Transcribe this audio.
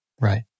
Right